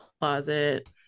closet